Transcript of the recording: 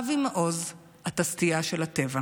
אבי מעוז, אתה סטייה של הטבע.